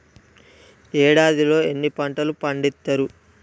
ఏడాదిలో ఎన్ని పంటలు పండిత్తరు?